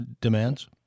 demands